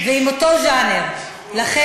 אתה מוזמן לתפוס את מקומך ליד המיקרופון.